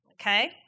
okay